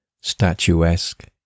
Statuesque